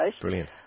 Brilliant